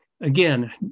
Again